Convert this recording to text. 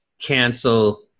cancel